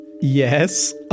Yes